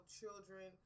children